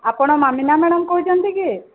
ଆପଣ ମାମିନା ମ୍ୟାଡ଼ାମ୍ କହୁଛନ୍ତି କି